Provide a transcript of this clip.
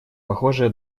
похожее